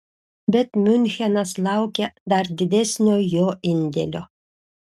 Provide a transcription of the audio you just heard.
bet miunchenas laukia dar didesnio jo indėlio